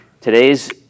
today's